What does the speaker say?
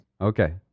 Okay